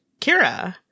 Kira